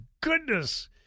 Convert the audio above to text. goodness